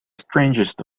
strangest